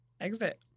exit